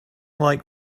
like